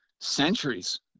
centuries